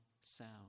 sound